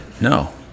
No